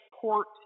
port